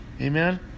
Amen